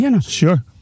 sure